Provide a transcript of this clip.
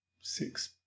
six